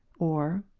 or,